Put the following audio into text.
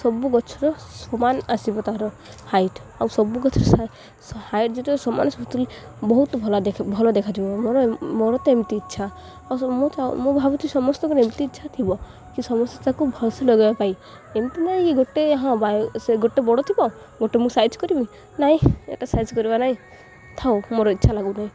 ସବୁ ଗଛର ସମାନ ଆସିବ ତା'ର ହାଇଟ୍ ଆଉ ସବୁ ଗଛର ହାଇଟ୍ ଯେତେବେଳେ ସମାନ ବହୁତ ଭଲ ଭଲ ଦେଖାଯିବ ମୋର ମୋର ତ ଏମିତି ଇଚ୍ଛା ଆଉ ମୁଁ ମୁଁ ଭାବୁଚଛିି ସମସ୍ତଙ୍କର ଏମିତି ଇଚ୍ଛା ଥିବ କି ସମସ୍ତେ ତାକୁ ଭଲ ସେ ଲଗାଇବା ପାଇଁ ଏମିତି ନାହିଁ ଗୋଟେ ହଁ ବା ସେ ଗୋଟେ ବଡ଼ ଥିବ ଗୋଟେ ମୁଁ ସାଇଜ୍ କରିବିନି ନାହିଁ ଏଇଟା ସାଇଜ୍ କରିବା ନାହିଁ ଥାଉ ମୋର ଇଚ୍ଛା ଲାଗୁନି